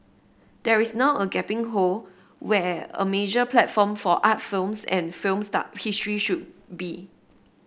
there is now a gaping hole where a major platform for art films and film start history should be